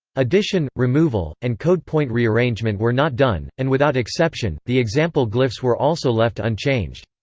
addition, removal, and code point rearrangement were not done, and without exception, the example glyphs were also left unchanged.